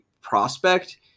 prospect